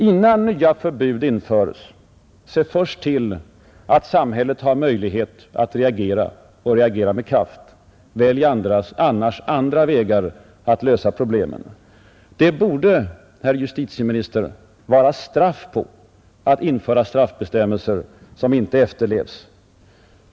Innan nya förbud införs, se först till att samhället har möjlighet att reagera och att reagera med kraft. Välj annars andra vägar att lösa problemen! Det borde, herr justitieminister, vara straff på att införa straffbestämmelser som inte efterlevs.